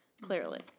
clearly